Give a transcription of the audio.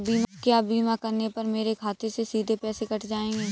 क्या बीमा करने पर मेरे खाते से सीधे पैसे कट जाएंगे?